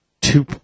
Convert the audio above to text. two